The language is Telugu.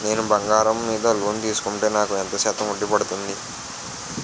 నేను బంగారం మీద లోన్ తీసుకుంటే నాకు ఎంత శాతం వడ్డీ పడుతుంది?